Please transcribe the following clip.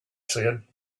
said